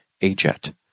AJET